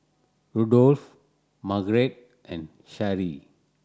Rudolf Margarete and Sharee